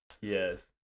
Yes